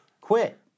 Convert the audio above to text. quit